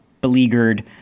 beleaguered